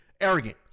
arrogant